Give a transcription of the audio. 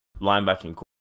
linebacking